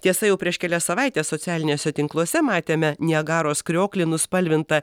tiesa jau prieš kelias savaites socialiniuose tinkluose matėme niagaros krioklį nuspalvintą